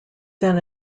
then